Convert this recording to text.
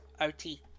OT